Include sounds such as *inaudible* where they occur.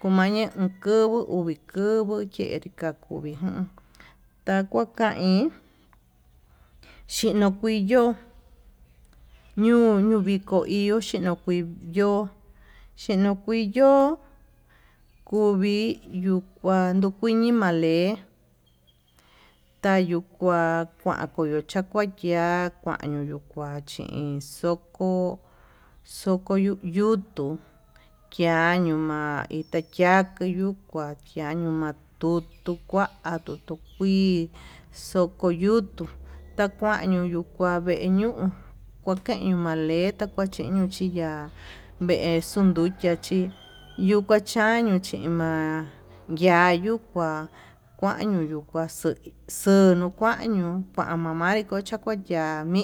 Komaña uu kuvu *noise* komi kuvu, yeka kuvii o'on takua kain xhinokui yo'ó ñoo iño viko xhinokui yo'ó xhinoki yo'ó kuviiyuu kuan nakeivale, tayuu kuan kuan tavicha kuakan tayuyu kua chin xoko xoko yuu yutuu kiañuu ma'a ita kia kii yuu, kuachianu ma'a tutu kua atoko kuii xoko yutuu, takuayu nakua vee ñuu kuakeñu maleta kuakeñu chiya'á vee xunduchia chí yuu kua chañio chi ma'a yayukua kuañuu yukaxei, xoñu kuañu kuá amama chakua chami